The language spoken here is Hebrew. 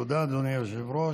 תודה, אדוני היושב-ראש.